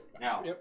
Now